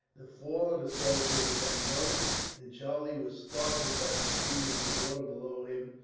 the fall of the soldier was unnoticed and charlie was startled by perceiving, in the water below him,